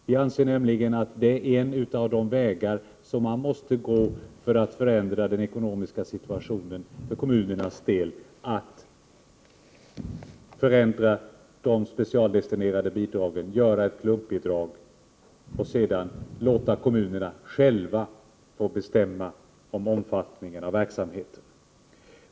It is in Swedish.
Vi anser nämligen att det är en av de vägar som man måste gå för att förändra den ekonomiska situationen för kommunernas del, att förändra de specialdestinerade bidragen, göra ett klumpbidrag och sedan låta kommunerna själva bestämma om omfattningen av verksamheten.